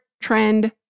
trend